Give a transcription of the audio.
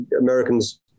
Americans